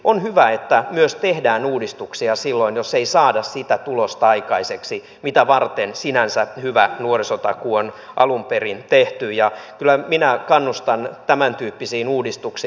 on hyvä että myös tehdään uudistuksia silloin jos ei saada aikaiseksi sitä tulosta mitä varten sinänsä hyvä nuorisotakuu on alun perin tehty ja kyllä minä kannustan tämäntyyppisiin uudistuksiin